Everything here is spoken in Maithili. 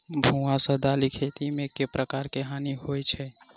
भुआ सँ दालि खेती मे केँ प्रकार केँ हानि होइ अछि?